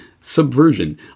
subversion